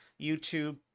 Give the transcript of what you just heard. YouTube